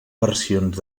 versions